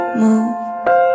move